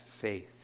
faith